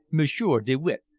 monsieur de witte,